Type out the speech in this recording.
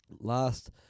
Last